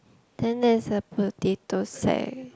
then there's a potato sack